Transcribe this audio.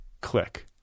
click